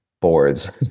boards